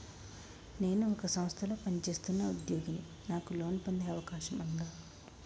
నేను ఒక సంస్థలో పనిచేస్తున్న ఉద్యోగిని నాకు లోను పొందే అవకాశం ఉందా?